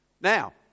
Now